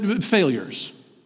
failures